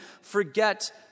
forget